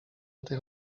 tych